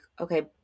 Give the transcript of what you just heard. okay